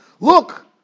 Look